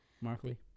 Markley